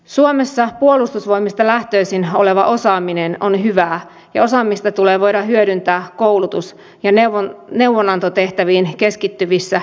suomessa puolustusvoimista lähtöisin oleva osaaminen on hyvää ja osaamista tulee voida hyödyntää koulutus ja neuvonantotehtäviin keskittyvissä kriisinhallintaoperaatioissa